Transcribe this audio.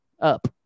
Up